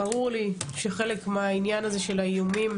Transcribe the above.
ברור לי שחלק מהענין הזה של האיומים